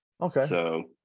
Okay